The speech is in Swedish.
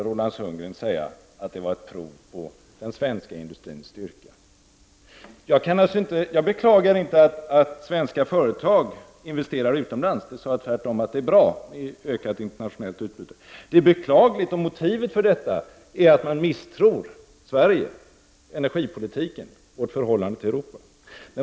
Roland Sundgren ville se detta som ett prov på svensk industris styrka. Jag beklagar inte att svenska företag investerar utomlands utan jag sade tvärtom att det är bra med ökat internationellt utbyte. Det är beklagligt om motivet till detta är att man misstror Sverige, energipolitiken och vårt förhållande till Europa.